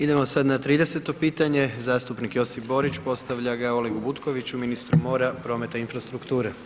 Idemo sada na 30. pitanje, zastupnik Josip Borić postavlja ga Olegu Butkoviću, ministru mora, prometa i infrastrukture.